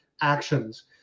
actions